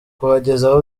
kubagezaho